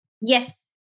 Yes